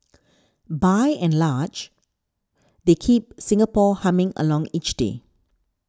by and large they keep Singapore humming along each day